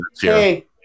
hey